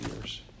years